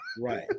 Right